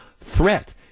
threat